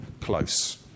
close